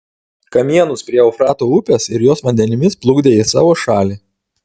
kamienus prie eufrato upės ir jos vandenimis plukdė į savo šalį